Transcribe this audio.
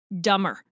dumber